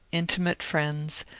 intimate friends,